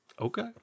Okay